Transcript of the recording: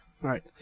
right